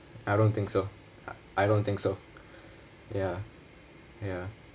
I don't think so I don't think so ya ya